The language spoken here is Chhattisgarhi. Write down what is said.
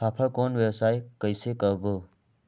फाफण कौन व्यवसाय कइसे करबो?